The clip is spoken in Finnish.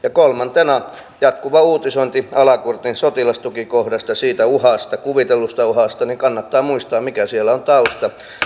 kolmantena jatkuva uutisointi alakurtin sotilastukikohdasta ja siitä kuvitellusta uhasta kannattaa muistaa mikä siellä on tausta